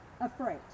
Afraid